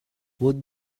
what